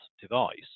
device